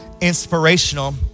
inspirational